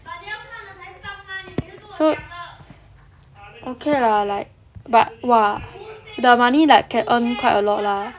so okay lah like but !wah! the money like can earn quite a lot lah